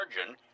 surgeon